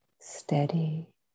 steady